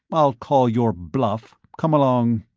i'll call your bluff, come along.